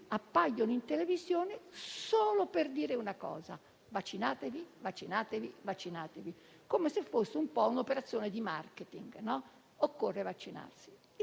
appaiono in televisione solo per dire una cosa: vaccinatevi, vaccinatevi, vaccinatevi, come se fosse un'operazione di *marketing.* Occorre vaccinarsi,